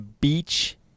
beach